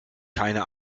keine